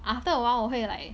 after awhile 我会 like